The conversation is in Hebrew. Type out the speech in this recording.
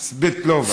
סבטלובה.